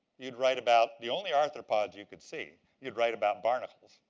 you'd write about the only arthropod you could see. you'd write about barnacles,